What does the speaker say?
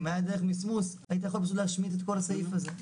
אם זו הייתה דרך מסמוס הייתי יכול פשוט להשמיט את כל הסעיף הזה.